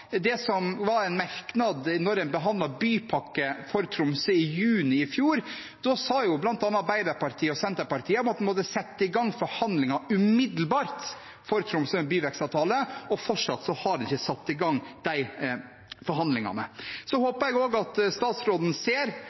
en merknad da en behandlet bypakke for Tromsø i juni i fjor. Da sa bl.a. Arbeiderpartiet og Senterpartiet at man måtte sette i gang forhandlingene om en byvekstavtale for Tromsø umiddelbart, men fortsatt har en ikke satt i gang de forhandlingene. Så håper jeg også at statsråden ser